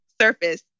surface